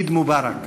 עיד מובארק.